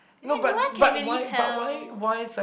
then no one can really tell